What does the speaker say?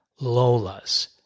Lola's